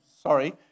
sorry